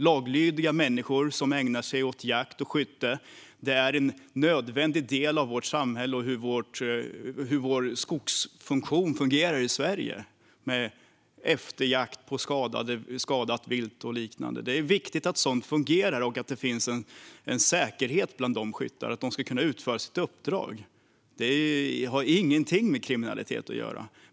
Laglydiga människor som ägnar sig åt jakt och skytte är en nödvändig del av vårt samhälle och hur det fungerar i skogen i Sverige med efterjakt på skadat vilt och liknande. Det är viktigt att sådant fungerar och att det finns en säkerhet bland dessa skyttar, så att de ska kunna utföra sitt uppdrag. Det har ingenting med kriminalitet att göra.